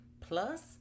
plus